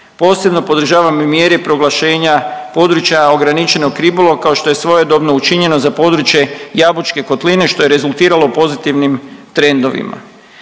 Posebno podržavam mjere proglašenja područja ograničenog ribolova kao što je svojedobno učinjeno za područje Jabučke kotline što je rezultiralo pozitivnim trendovima.